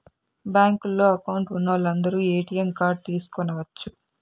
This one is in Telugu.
బ్యాంకులో అకౌంట్ ఉన్నోలందరు ఏ.టీ.యం కార్డ్ తీసుకొనచ్చు